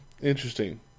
Interesting